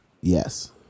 Yes